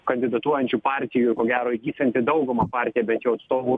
kandidatuojančių partijų ko gero įgysianti daugumą partija bent jau atstovų